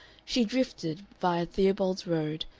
she drifted, via theobald's road,